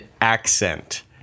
accent